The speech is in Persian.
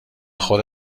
خود